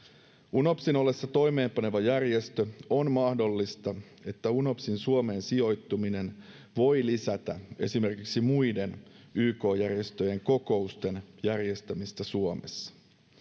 unopsin ollessa toimeenpaneva järjestö on mahdollista että unopsin suomeen sijoittuminen voi lisätä esimerkiksi muiden yk järjestöjen kokousten järjestämistä suomessa